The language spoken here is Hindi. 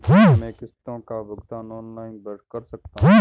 क्या मैं किश्तों का भुगतान ऑनलाइन कर सकता हूँ?